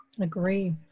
Agree